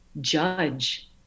judge